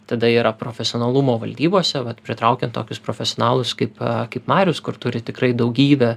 tada yra profesionalumo valdybose vat pritraukiant tokius profesionalus kaip kaip marius kur turi tikrai daugybę